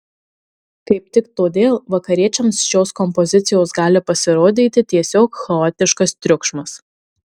kaip tik todėl vakariečiams šios kompozicijos gali pasirodyti tiesiog chaotiškas triukšmas